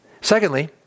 Secondly